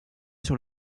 sur